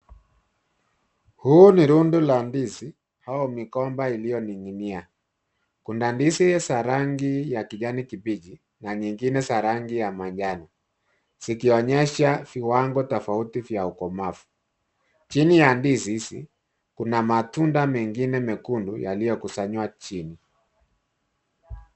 Hii ni rundo la ndizi au migomba iliyoning'inia. Kundi ndizi za rangi ya kijani kibichi na nyingine za rangi ya manjano, zikionyesha viwango tofauti vya ukomavu. Chini ya ndizi hizi kuna matunda mengine mekundu yaliyokusanywa chini.